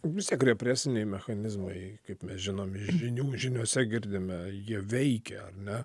visi represiniai mechanizmai kaip mes žinome žinių žiniose girdime jie veikia ar ne